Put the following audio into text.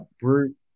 Brute